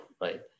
right